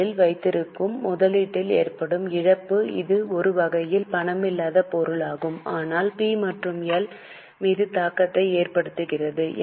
L இல் வைத்திருக்கும் முதலீட்டில் ஏற்படும் இழப்பு இது ஒரு வகையில் பணமில்லாத பொருளாகும் ஆனால் பி மற்றும் எல் மீது தாக்கத்தை ஏற்படுத்துகிறது